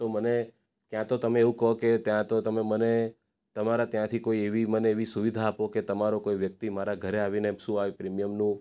તો મને ત્યાં તો તમે એવું કહો કે ત્યાં તો તમે મને તમારા ત્યાંથી મને કોઈ એવી મને સુવિધા આપો કે તમારો કોઈ વ્યક્તિ મારા ઘરે આવીને શું આ પ્રીમિયમનું